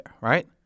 right